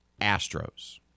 Astros